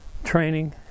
Training